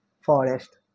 forest